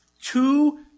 two